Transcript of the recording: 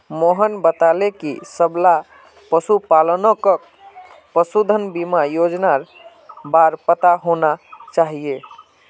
मोहन बताले कि सबला पशुपालकक पशुधन बीमा योजनार बार पता होना चाहिए